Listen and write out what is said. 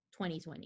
2020